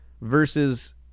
versus